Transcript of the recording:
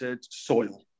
soil